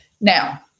now